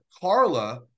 Carla